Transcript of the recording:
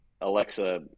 alexa